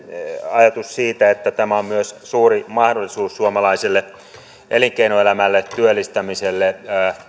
ajatus siitä että tämä on myös suuri mahdollisuus suomalaiselle elinkeinoelämälle työllistämiselle